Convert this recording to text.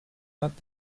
not